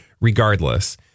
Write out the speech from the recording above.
Regardless